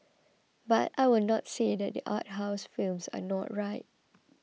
but I will not say that art house films are not right